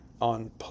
on